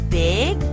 big